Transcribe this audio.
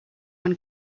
when